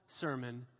sermon